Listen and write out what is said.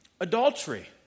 Adultery